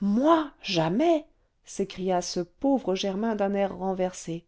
moi jamais s'écria ce pauvre germain d'un air renversé